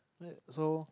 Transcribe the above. so